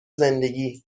زندگی